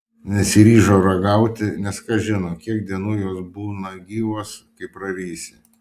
nesiryžau ragauti nes kas žino kiek dienų jos būna gyvos kai prarysi